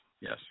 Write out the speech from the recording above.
yes